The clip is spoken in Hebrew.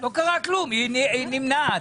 לא קרה כלום, היא נמנעת.